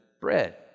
bread